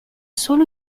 solo